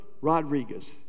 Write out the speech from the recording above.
Rodriguez